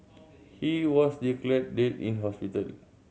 he was declared dead in hospital